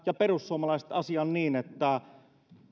ja perussuomalaiset ilmeisesti ymmärtävät asian niin että